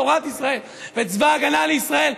תורת ישראל וצבא ההגנה לישראל,